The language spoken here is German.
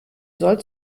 soll